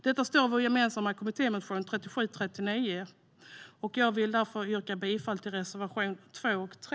Detta står i vår gemensamma kommittémotion 3739, och jag vill därför yrka bifall till reservationerna 2 och 3.